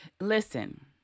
Listen